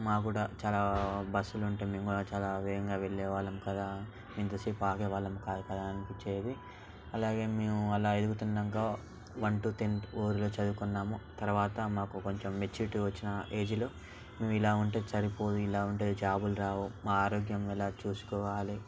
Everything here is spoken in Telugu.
మాకు కూడా చాలా బస్సులు ఉంటే మేము కూడా చాలా వేగంగా వెళ్ళేవాళ్ళం కదా ఇంతసేపు ఆగేవాళ్ళము కాదు కదా అనిపించేది అలాగే మేము అలా ఎదుగుతుందంగా వన్ టూ టెన్త్ ఊర్లో చదువుకున్నాము తర్వాత మాకు కొంచెం మెచ్యూరిటీ వచ్చిన ఏజీలో మేము ఇలా ఉంటే సరిపోదు ఇలా ఉంటే జాబులు రావు మా ఆరోగ్యం ఎలా చూసుకోవాలి